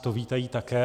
To vítají také.